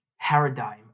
paradigm